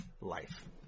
life